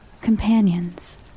companions